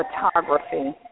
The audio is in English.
Photography